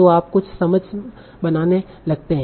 तों आप कुछ समझ बनाने लगते हैं